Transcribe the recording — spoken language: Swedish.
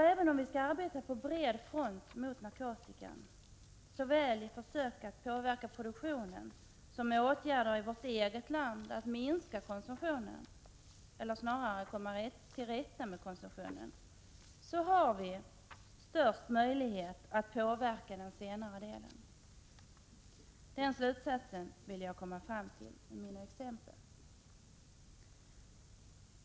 Även om vi skall arbeta på bred front mot narkotikan såväl med försök att påverka produktionen som med åtgärder i vårt eget land för att minska konsumtionen, eller snarare komma till rätta med konsumtionen, så har vi de största möjligheterna att påverka den senare delen. Den slutsatsen vill jag komma fram till i mina exempel.